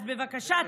אז בבקשה,